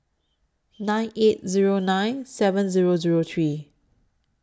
nine eight Zero nine seven Zero Zero three